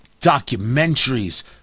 documentaries